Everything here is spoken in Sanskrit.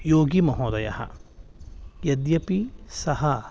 योगीमहोदयः यद्यपि सः